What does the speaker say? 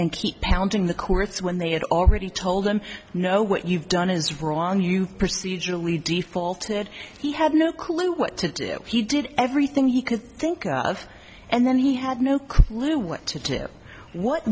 and keep pounding the courts when they had already told them no what you've done is wrong you procedurally defaulted he had no clue what to do he did everything he could think of and then he had no clue what to do what